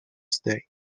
stay